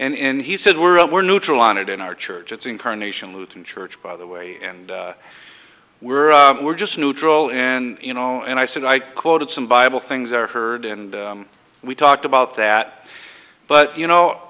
here and he said we're more neutral on it in our church it's incarnation luton church by the way and we're we're just neutral in you know and i said i quoted some bible things are heard and we talked about that but you know